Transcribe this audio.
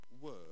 word